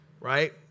Right